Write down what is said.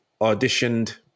auditioned